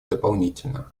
дополнительно